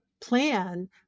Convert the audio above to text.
plan